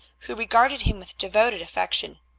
who regarded him with devoted affection.